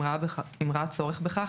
אם ראה צורך בכך,